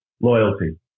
Loyalty